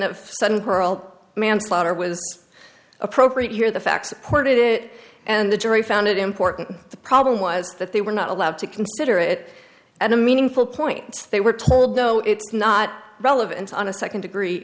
of sudden pearl manslaughter was appropriate here the facts support it and the jury found it important the problem was that they were not allowed to consider it as a meaningful point they were told though it's not relevant on a second degree